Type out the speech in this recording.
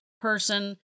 person